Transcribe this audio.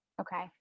Okay